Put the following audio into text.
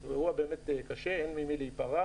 זה אירוע באמת קשה, אין ממי להיפרע